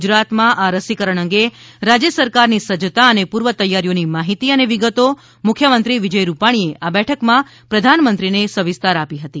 ગુજરાતમાં આ રસીકરણ અંગે રાજ્ય સરકાર ની સજ્જતા અને પૂર્વ તૈયારીઓ ની માહિતી અને વિગતો મુખ્યમંત્રી શ્રી વિજય ભાઈ રૂપાણીએ આ બેઠકમાં વડાપ્રધાનશ્રી ને સવિસ્તર આપી હતી